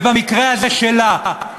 ובמקרה הזה שלה.